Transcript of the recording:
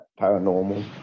paranormal